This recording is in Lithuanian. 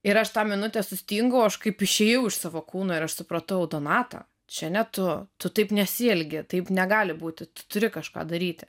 ir aš tą minutę sustingau aš kaip išėjau iš savo kūno ir aš supratau donata čia ne tu tu taip nesielgi taip negali būti tu turi kažką daryti